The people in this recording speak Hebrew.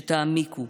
שתעמיקו,